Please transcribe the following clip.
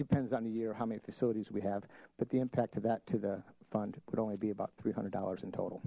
depends on the year how many facilities we have but the impact of that to the fund would only be about three hundred dollars in total